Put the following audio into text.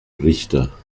richter